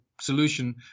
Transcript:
solution